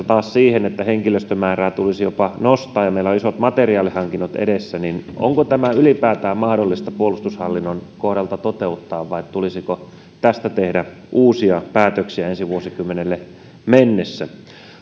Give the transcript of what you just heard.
taas suhteessa siihen että henkilöstömäärää tulisi jopa nostaa ja meillä on isot materiaalihankinnat edessä onko tämä ylipäätään mahdollista puolustushallinnon kohdalta toteuttaa vai tulisiko tästä tehdä uusia päätöksiä ensi vuosikymmenelle mennessä